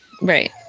right